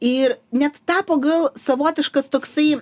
ir net tapo gal savotiškas toksai